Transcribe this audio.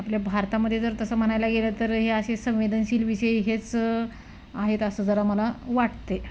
आपल्या भारतामध्ये जर तसं म्हणायला गेलं तर हे अशे संवेदनशील विषय हेच आहेत असं जरा मला वाटतं